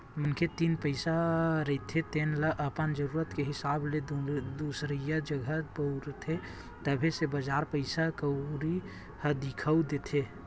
मनखे तीर पइसा रहिथे तेन ल अपन जरुरत के हिसाब ले दुसरइया जघा बउरथे, तभे तो बजार पइसा कउड़ी ह दिखउल देथे